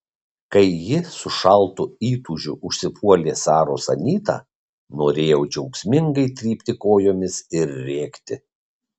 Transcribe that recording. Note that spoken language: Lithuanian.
kai ji su šaltu įtūžiu užsipuolė saros anytą norėjau džiaugsmingai trypti kojomis ir rėkti